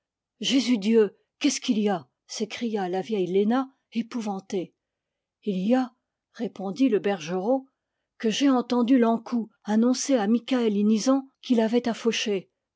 jésus dieu qu'est-ce qu'il y a s'écria la vieille léna épouvantée il y a répondit le bergerot que j'ai entendu l'ankou annoncer à mikaël inizan qu'il avait